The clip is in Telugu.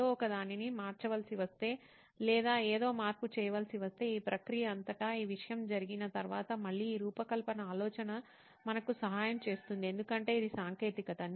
ఏదో ఒకదానిని మార్చవలసి వస్తే లేదా ఏదో మార్పు చేయవలసి వస్తే ఈ ప్రక్రియ అంతటా ఈ విషయం జరిగిన తర్వాత మళ్ళీ ఈ రూపకల్పన ఆలోచన మనకు సహాయం చేస్తుంది ఎందుకంటే ఇది సాంకేతికత